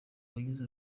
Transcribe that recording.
wagize